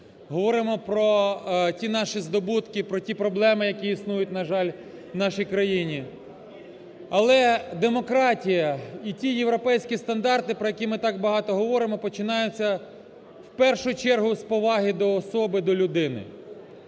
говоримо про ті наші здобутки, про ті проблеми, які існують, на жаль, в нашій країні. Але демократія і ті європейські стандарти, про які ми так багато говоримо, починаються, в першу чергу, з поваги до особи, до людини.